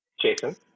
Jason